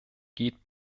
geht